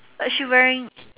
uh she wearing